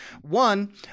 One